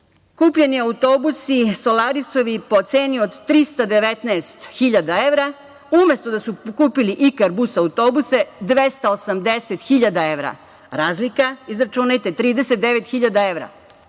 Kupljeni autobusi Solarisovi po ceni od 319 hiljada evra, umesto da su kupili Ikarbus autobuse 280 hiljada evra. Razlika, izračunajte - 39 hiljada evra.